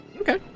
Okay